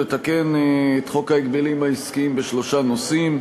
לתקן את חוק ההגבלים העסקיים בשלושה נושאים.